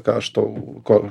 ką aš tau ko